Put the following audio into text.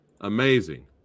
amazing